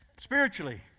Spiritually